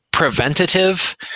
Preventative